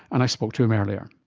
and i spoke to him earlier.